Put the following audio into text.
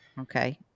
Okay